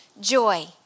joy